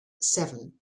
seven